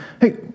hey